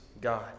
God